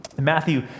Matthew